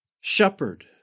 shepherd